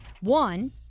One